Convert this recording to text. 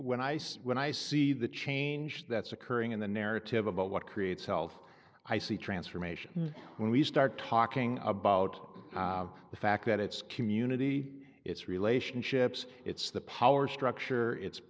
when i say when i see the change that's occurring in the narrative about what creates health i see transformation when we start talking about the fact that it's community it's relationships it's the power structure it's